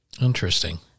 Interesting